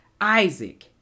Isaac